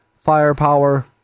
firepower